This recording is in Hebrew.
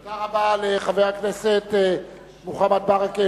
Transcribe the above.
תודה רבה לחבר הכנסת מוחמד ברכה,